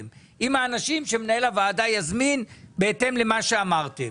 יחד עם האנשים מנהל הוועדה יזמין בהתאם למה שאמרתם.